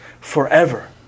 forever